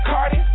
Cardi